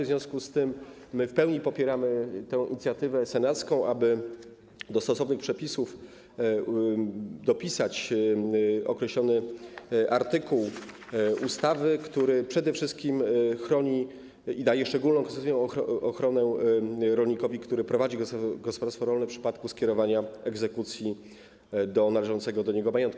W związku z tym w pełni popieramy inicjatywę senacką, aby do stosownych przepisów dopisać określony artykuł ustawy, który przede wszystkim chroni, daje szczególną ochronę rolnikowi, który prowadzi gospodarstwo rolne, w przypadku skierowania egzekucji do należącego do niego majątku.